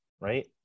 right